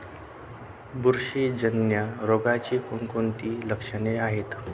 बुरशीजन्य रोगाची कोणकोणती लक्षणे आहेत?